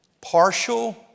partial